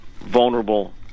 vulnerable